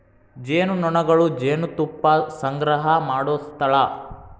ಜೇನುನೊಣಗಳು ಜೇನುತುಪ್ಪಾ ಸಂಗ್ರಹಾ ಮಾಡು ಸ್ಥಳಾ